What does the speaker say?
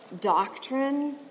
doctrine